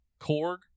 Korg